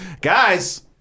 Guys